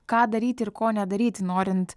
ką daryti ir ko nedaryti norint